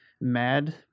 Mad